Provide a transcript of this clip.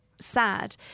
sad